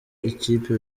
ikipe